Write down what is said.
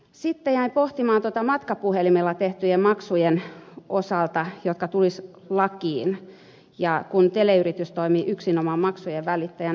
sitten jäin pohtimaan ongelmaa matkapuhelimella tehtyjen maksujen osalta jotka tulisivat lakiin silloin kun teleyritys toimii yksinomaan maksujen välittäjänä